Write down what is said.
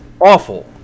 awful